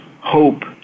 hope